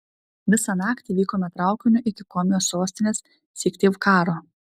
visą naktį vykome traukiniu iki komijos sostinės syktyvkaro